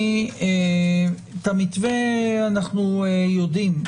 את המתווה אנחנו יודעים,